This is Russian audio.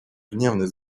гневный